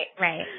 Right